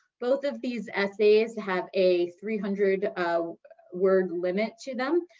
both of these essays have a three hundred ah word limit to them,